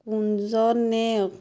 Kunja Neog